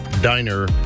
diner